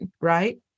right